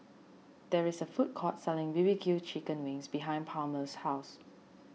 there is a food court selling B B Q Chicken Wings behind Palmer's house